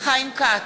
בהצבעה חיים כץ,